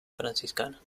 franciscana